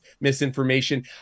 misinformation